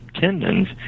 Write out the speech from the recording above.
tendons